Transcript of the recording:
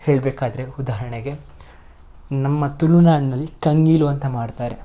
ಹೇಳಬೇಕಾದ್ರೆ ಉದಾಹರ್ಣೆಗೆ ನಮ್ಮ ತುಳುನಾಡ್ನಲ್ಲಿ ಕಂಗೀಲು ಅಂತ ಮಾಡ್ತಾರೆ